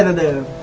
and the